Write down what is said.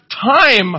time